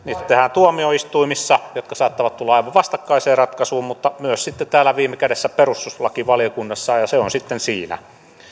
tuomioistuimissa jotka saattavat tulla aivan vastakkaiseen ratkaisuun mutta myös sitten viime kädessä täällä perustuslakivaliokunnassa ja se on sitten siinä